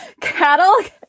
cattle